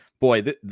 boy